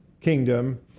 kingdom